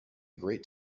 great